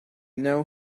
know